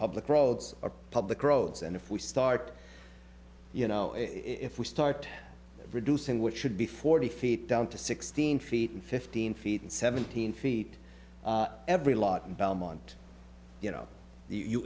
public roads are public roads and if we start you know if we start reducing which should be forty feet down to sixteen feet and fifteen feet and seventeen feet every lot in belmont you know you